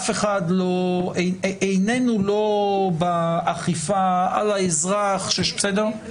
עינינו לא באכיפה על האזרח -- אדוני,